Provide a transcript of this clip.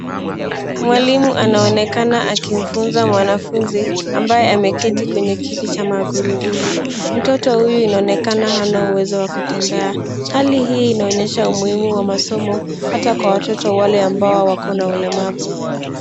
Mwalimu anaonekana akimfunza mwanafunzi, ambaye ameketi kwenye kiti cha magurudumu. Mtoto huyu inaonekana hana uwezo wa kutembea. Hali hii inaonyesha umuhimu wa masomo hata kwa watoto wale ambao wakona ulemavu.